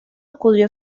acudió